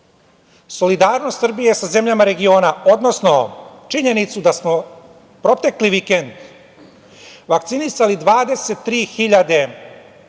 solidarnost Srbije sa zemljama regiona, odnosno činjenicu da smo protekli vikend vakcinisali 23.000 građana